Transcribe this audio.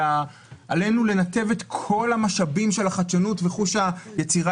עלינו לנתב את כל המשאבים של החדשנות וחוש היצירה